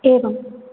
एवम्